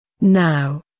now